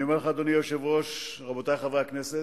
אני אומר לך, אדוני היושב-ראש, רבותי חברי הכנסת,